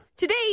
Today